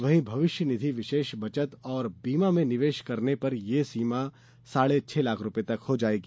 वहीं भविष्य निधि विशेष बचत और बीमा में निवेश करने पर ये सीमा साढ़े छह लाख रूपये तक हो जाएगी